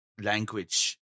language